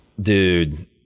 Dude